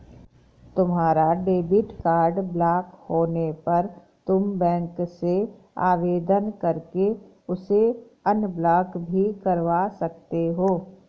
तुम्हारा debit card block होने पर तुम बैंक से आवेदन करके उसे अनब्लॉक भी करवा सकते हो